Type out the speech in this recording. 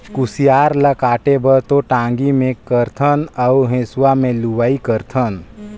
कुसियार ल काटे बर तो टांगी मे कारथन अउ हेंसुवा में लुआई करथन